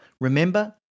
Remember